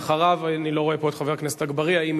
אחריו, אני לא רואה פה את חבר הכנסת אגבאריה.